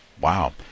wow